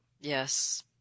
yes